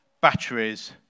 batteries